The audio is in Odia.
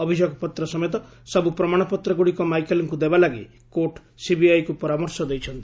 ଅଭିଯୋଗପତ୍ର ସମେତ ସବୁ ପ୍ରମାଣପତ୍ରଗୁଡିକ ମାଇକେଲଙ୍କୁ ଦେବା ଲାଗି କୋର୍ଟ ସିବିଆଇକୁ ପରାମର୍ଶ ଦେଇଛନ୍ତି